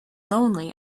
lonely